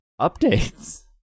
updates